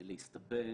מבקשים להסתפק